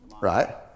right